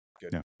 Good